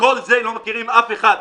לא מכירים אף אחד.